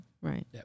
right